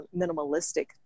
minimalistic